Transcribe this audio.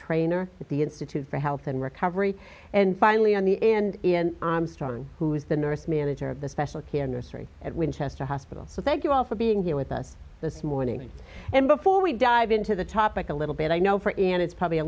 trainer with the institute for health and recovery and finally on the and in i'm sorry who is the nurse manager of the special care industry at winchester hospital so thank you all for being here with us this morning and before we dive into the topic a little bit i know for and it's probably a